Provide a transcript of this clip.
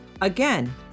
Again